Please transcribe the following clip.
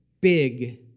big